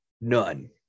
None